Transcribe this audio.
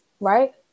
Right